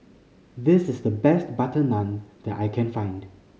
this is the best butter naan that I can find